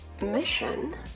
Mission